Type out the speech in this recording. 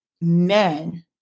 men